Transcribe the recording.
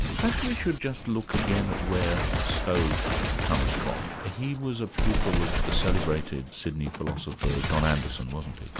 perhaps we should just look again at where stove comes from. ah he was a pupil of the celebrated sydney philosopher, john anderson, wasn't he?